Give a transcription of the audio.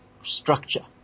structure